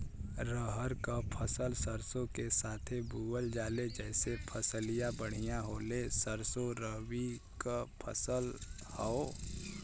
रहर क फसल सरसो के साथे बुवल जाले जैसे फसलिया बढ़िया होले सरसो रबीक फसल हवौ